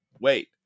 Wait